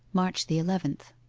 march the eleventh